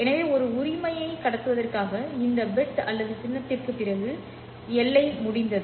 எனவே ஒரு உரிமையை கடத்துவதற்காக இந்த பிட் அல்லது சின்னத்திற்குப் பிறகு எல்லை முடிந்தது